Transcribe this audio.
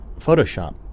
Photoshop